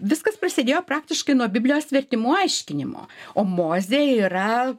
viskas prasidėjo praktiškai nuo biblijos vertimų aiškinimo o mozė yra